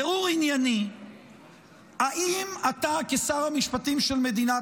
בירור ענייני אם אתה כשר המשפטים של מדינת